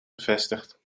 bevestigd